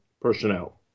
personnel